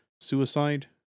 suicide